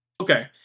okay